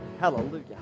Hallelujah